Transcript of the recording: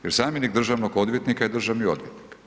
Jer zamjenik državnog odvjetnika je državni odvjetnik.